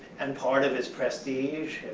and part of his prestige,